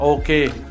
Okay